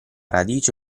radice